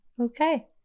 Okay